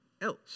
else